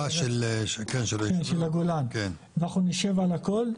אנחנו נשב על הכול.